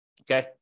Okay